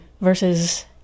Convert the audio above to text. versus